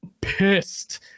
pissed